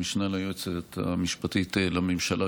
המשנה ליועצת המשפטית לממשלה,